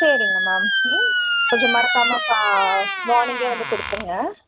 சரிங்க மேம் ம் கொஞ்சம் மறக்காமல் மா மார்னிங்கே வந்து கொடுத்துருங்க